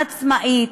עצמאית,